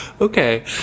Okay